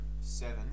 seven